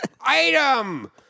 Item